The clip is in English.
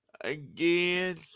again